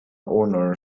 owner